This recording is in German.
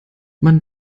man